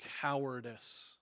cowardice